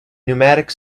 pneumatic